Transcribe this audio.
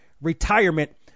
retirement